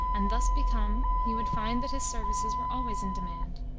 and, thus become, he would find that his services were always in demand